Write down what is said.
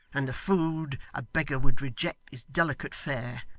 and the food a beggar would reject is delicate fare.